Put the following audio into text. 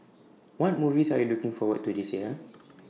what movies are you looking forward to this year